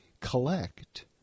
collect